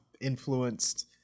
influenced